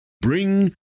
Bring